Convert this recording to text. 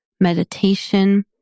meditation